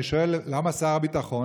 אני שואל, למה שר הביטחון?